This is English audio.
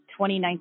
2019